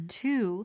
two